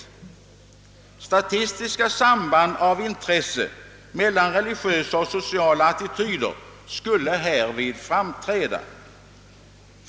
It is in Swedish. Statistiska samband av intresse mellan religiösa och sociala attityder skulle härvid framträda.